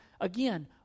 Again